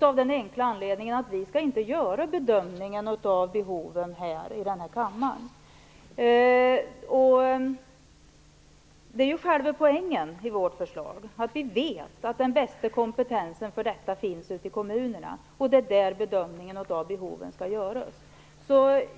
av den enkla anledningen att vi inte skall göra bedömningarna av behoven i denna kammare. Det är själva poängen i vårt förslag. Vi vet att den bästa kompetensen för detta finns ute i kommunerna, och det är där bedömningarna av behoven skall göras.